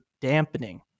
dampening